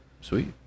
Sweet